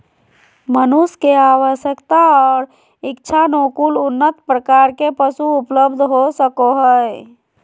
मनुष्य के आवश्यकता और इच्छानुकूल उन्नत प्रकार के पशु उपलब्ध हो सको हइ